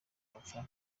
bapfa